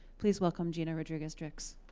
please welcome gina rodriguez-dix.